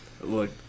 Look